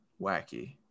wacky